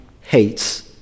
hates